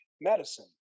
medicine